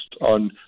on